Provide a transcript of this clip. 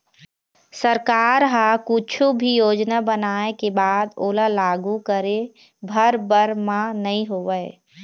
सरकार ह कुछु भी योजना बनाय के बाद ओला लागू करे भर बर म नइ होवय